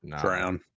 Drown